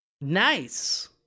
Nice